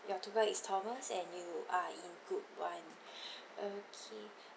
your tour guide is thomas and you are in group one okay